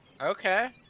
Okay